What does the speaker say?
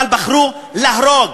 אבל בחרו להרוג.